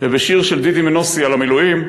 ובשיר של דידי מנוסי על המילואים,